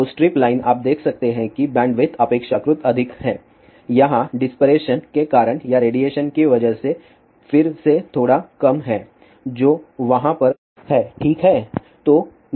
तो strip line आप देख सकते हैं कि बैंडविड्थ अपेक्षाकृत अधिक है यहां डिस्पेरशन के कारण या रेडिएशन की वजह से यह फिर से थोड़ा कम है जो वहां पर है ठीक है